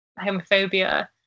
homophobia